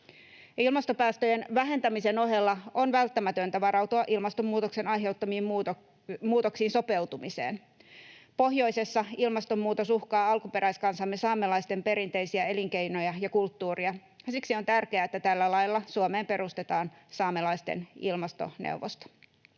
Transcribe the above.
Ilmastopäästöjen vähentämisen ohella on välttämätöntä varautua ilmastonmuutoksen aiheuttamiin muutoksiin sopeutumiseen. Pohjoisessa ilmastonmuutos uhkaa alkuperäiskansamme saamelaisten perinteisiä elinkeinoja ja kulttuuria, ja siksi on tärkeää, että tällä lailla Suomeen perustetaan saamelaisten ilmastoneuvosto.